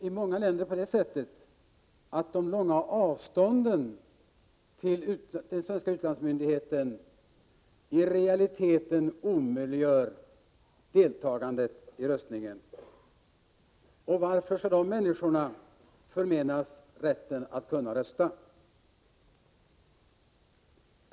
I många länder omöjliggör de långa avstånden till den svenska utlandsmyndigheten i realiteten deltagande i röstningen. Varför skall de människorna förmenas rätten att rösta?